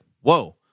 whoa